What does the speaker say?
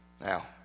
Now